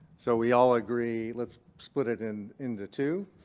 so we all agree. let's split it and into two.